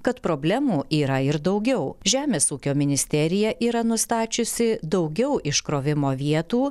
kad problemų yra ir daugiau žemės ūkio ministerija yra nustačiusi daugiau iškrovimo vietų